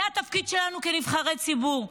שזה התפקיד שלנו כנבחרי ציבור,